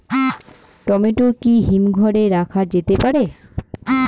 Tomato কি হিমঘর এ রাখা যেতে পারে?